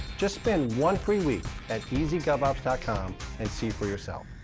just spend one free week at ezgovopps dot com and see for yourself.